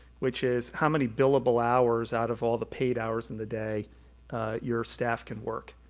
which is how many billable hours out of all the paid hours in the day your staff can work.